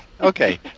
Okay